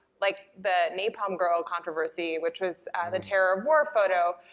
like, the napalm girl controversy, which was the terror of war photo,